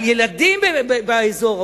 על ילדים באזור,